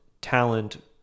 talent